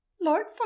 Lord